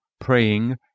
praying